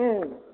ओम